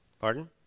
Pardon